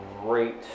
great